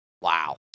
wow